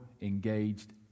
engaged